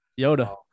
Yoda